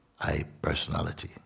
I-personality